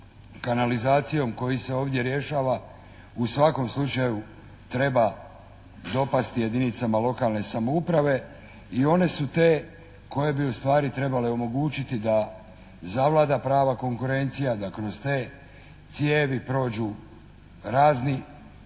kanalizacijom koji se ovdje rješava u svakom slučaju treba dopasti jedinicama lokalne samouprave i one su te koje bi ustvari trebale omogućiti da zavlada prava konkurencija, da kroz te cijevi prođu razni